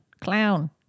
clown